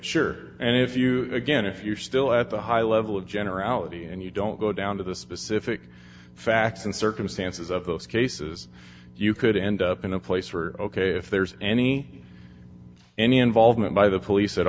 sure and if you again if you're still at the high level of generality and you don't go down to the specific facts and circumstances of those cases you could end up in a place where ok if there's any any involvement by the police at